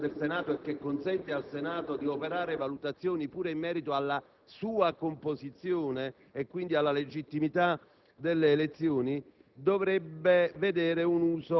che dovrebbe garantire l'indipendenza del Senato e che consente al Senato di operare valutazioni pure in merito alla sua composizione e quindi alla legittimità delle elezioni,